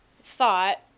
thought